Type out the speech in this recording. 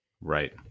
Right